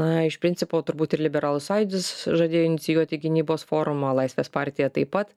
na iš principo turbūt ir liberalų sąjūdis žadėjo inicijuoti gynybos forumą laisvės partija taip pat